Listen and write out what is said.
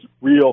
real